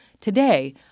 Today